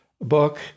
book